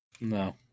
No